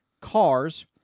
Cars